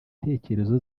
intekerezo